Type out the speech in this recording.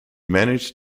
managed